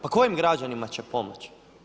Pa kojim građanima će pomoći?